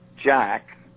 Jack